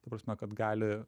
ta prasme kad gali